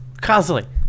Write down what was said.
Constantly